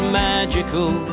magical